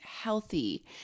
healthy